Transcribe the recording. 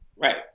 Right